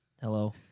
Hello